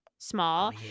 small